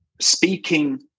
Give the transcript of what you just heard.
speaking